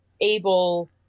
able